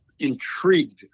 intrigued